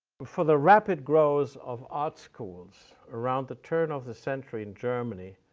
before the rapid growth of art schools around the turn of the century in germany,